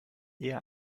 eher